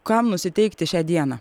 kam nusiteikti šią dieną